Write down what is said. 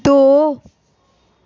दो